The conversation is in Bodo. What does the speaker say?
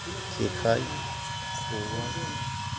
जेखाय खबाय